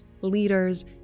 leaders